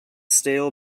stale